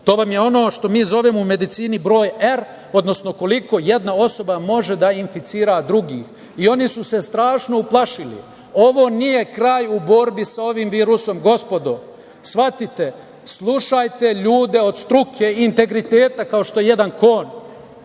To vam je ono što mi zovemo u medicini broj R, odnosno koliko jedna osoba može da inficira drugih. Oni su se strašno uplašili. Ovo nije kraj u borbi sa ovim virusom, gospodo. Shvatite, slušajte ljude od struke i integriteta, kao što je jedan Kon